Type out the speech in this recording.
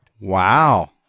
Wow